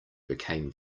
became